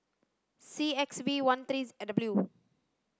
C X V one three W